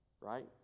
right